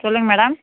சொல்லுங்க மேடம்